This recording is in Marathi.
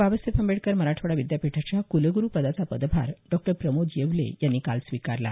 बाबासाहेब आंबेडकर मराठवाडा विद्यापीठाच्या कुलगुरुपदाचा पदभार डॉ प्रमोद येवले यांनी काल स्वीकारला